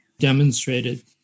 demonstrated